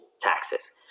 Taxes